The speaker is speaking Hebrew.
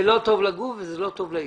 זה לא טוב לגוף וזה לא טוב לאיש.